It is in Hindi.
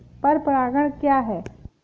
पर परागण क्या है?